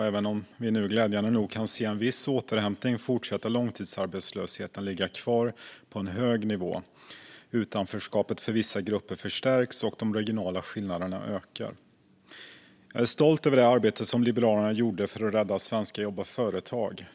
Även om vi nu, glädjande nog, kan se en viss återhämtning fortsätter långtidsarbetslösheten att ligga kvar på en hög nivå. Utanförskapet för vissa grupper förstärks, och de regionala skillnaderna ökar. Jag är stolt över det arbete som Liberalerna gjorde för att rädda svenska jobb och företag.